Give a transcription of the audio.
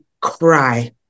Cry